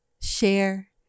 share